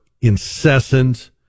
incessant